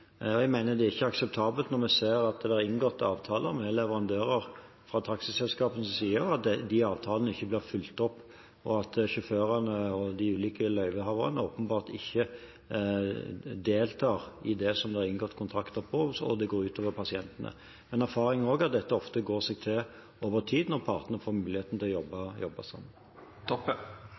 Jeg mener det ikke er akseptabelt når det er inngått avtaler med leverandører fra taxiselskapenes side, at de avtalene ikke blir fulgt opp, at sjåførene og de ulike løyvehaverne åpenbart ikke deltar i det som det er inngått kontrakter om, og at det går ut over pasientene. Men erfaringene er at dette ofte går seg til over tid, når partene får muligheten til å jobbe sammen.